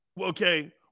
okay